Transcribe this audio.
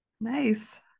Nice